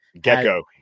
gecko